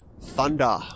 Thunder